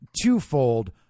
twofold